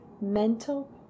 mental